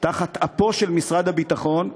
תחת אפו של משרד הביטחון,